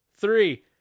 three